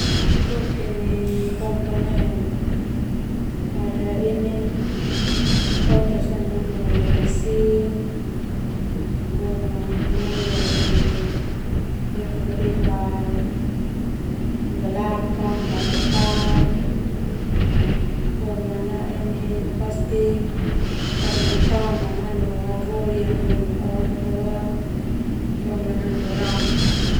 Untuk komponen pada ini oto sona nanu mesin, boma nanu ini ban belakang, ban depan, boma nanu ini paling utama nanu hataholi yang nini oto boma nanu rangka.